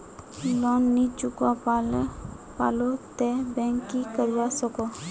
Loan नी चुकवा पालो ते बैंक की करवा सकोहो?